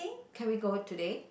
can we go today